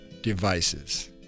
devices